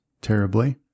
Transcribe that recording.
terribly